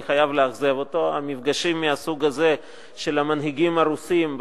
אני חייב לאכזב אותו: המפגשים מהסוג הזה של המנהיגים הרוסים,